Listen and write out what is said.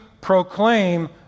proclaim